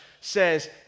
says